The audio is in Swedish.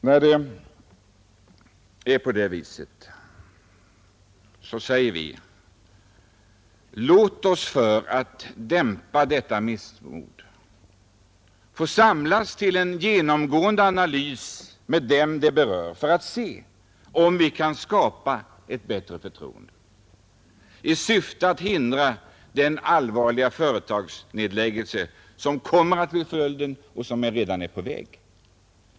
När det nu förhåller sig på det sättet säger vi: Låt oss, för att dämpa detta missmod, få samlas till en genomgående analys med dem som är berörda för att se om vi kan skapa ett bättre förtroende. Detta skulle göras i syfte att hindra den allvarliga företagsnedläggelse som kommer att bli följden av händelseutvecklingen — och som redan är på väg.